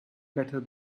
better